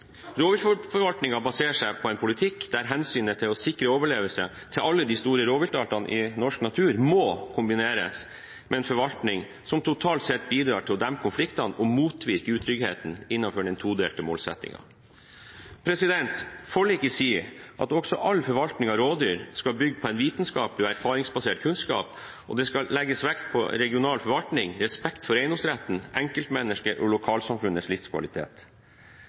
Rovdyrforvaltningen baserer seg på en politikk der hensynet til å sikre overlevelse til alle de store rovviltartene i norsk natur må kombineres med en forvaltning som totalt sett bidrar til å dempe konfliktene og motvirke utrygghet innenfor den todelte målsettingen. Forliket sier også at all forvaltning av rovdyr skal bygge på vitenskapelig og erfaringsbasert kunnskap, og det skal legges vekt på regional forvaltning, respekt for eiendomsretten og enkeltmenneskers og lokalsamfunns livskvalitet.